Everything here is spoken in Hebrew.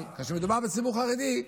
אבל כאשר מדובר בציבור חרדי,